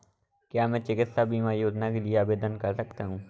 क्या मैं चिकित्सा बीमा योजना के लिए आवेदन कर सकता हूँ?